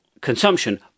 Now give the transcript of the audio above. consumption